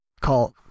call